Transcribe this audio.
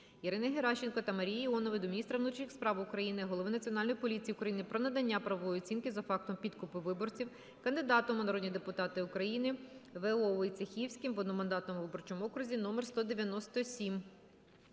Ірини Геращенко та Марії Іонової до міністра внутрішніх справ України, Голови Національної поліції України про надання правової оцінки за фактом підкупу виборців кандидатом у народні депутати України В.О. Войцехівським в одномандатному виборчому окрузі № 197.